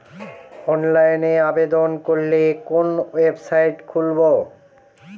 অনলাইনে আবেদন করলে কোন ওয়েবসাইট খুলব?